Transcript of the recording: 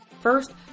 First